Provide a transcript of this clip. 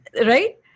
right